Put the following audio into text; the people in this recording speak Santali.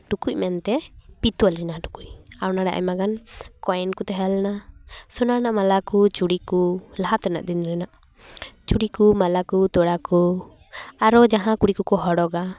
ᱴᱩᱠᱩᱡ ᱢᱮᱱᱛᱮ ᱯᱤᱛᱚᱞ ᱨᱮᱱᱟᱜ ᱴᱩᱠᱩᱡ ᱟᱨ ᱚᱱᱟᱨᱮ ᱟᱭᱢᱟ ᱜᱟᱱ ᱠᱚᱭᱮᱱ ᱠᱚ ᱛᱟᱦᱮᱸ ᱞᱮᱱᱟ ᱥᱚᱱᱟ ᱨᱮᱱᱟᱜ ᱢᱟᱞᱟ ᱠᱚ ᱪᱩᱲᱤ ᱠᱚ ᱞᱟᱦᱟ ᱛᱮᱱᱟᱜ ᱫᱤᱱ ᱨᱮᱱᱟᱜ ᱪᱩᱲᱤ ᱠᱚ ᱢᱟᱞᱟ ᱠᱚ ᱛᱚᱲᱟ ᱠᱚ ᱟᱨᱚ ᱡᱟᱦᱟᱸ ᱠᱚ ᱠᱩᱲᱤ ᱠᱚᱠᱚ ᱦᱚᱨᱚᱜᱟ